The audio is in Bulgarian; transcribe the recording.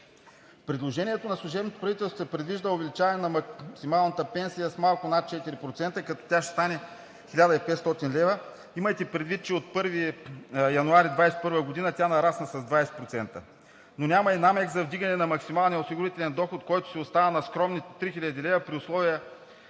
Предложението на служебното правителство предвижда увеличаване на максималната пенсия с малко над 4%, като тя ще стане 1500 лв. Имайте предвид, че от 1 януари 2021 г. тя нарасна с 20%, но няма и намек за вдигане на максималния осигурителен доход, който си остава на скромните 3000 лв. При налагане